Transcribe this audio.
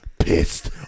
Pissed